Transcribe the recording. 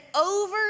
over